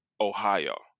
Ohio